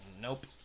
nope